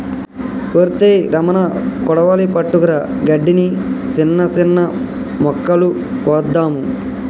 ఒరై రమణ కొడవలి పట్టుకురా గడ్డిని, సిన్న సిన్న మొక్కలు కోద్దాము